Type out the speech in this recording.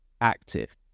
active